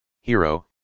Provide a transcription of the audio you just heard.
Hero